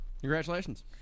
Congratulations